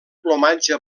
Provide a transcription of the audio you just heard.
plomatge